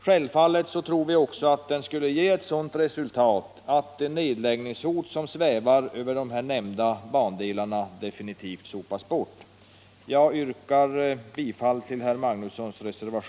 Självfallet tror vi också att den skulle ge ett sådant resultat att det nedläggningshot som svävar över de nämnda bandelarna definitivt sopas bort.